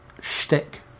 shtick